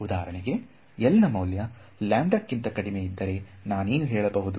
ಉದಾಹರಣೆ ಗೆ L ನ ಮೌಲ್ಯ ಕ್ಕಿಂತ ಕಡಿಮೆ ಇದ್ದರೆ ನಾನೇನು ಹೇಳಬಹುದು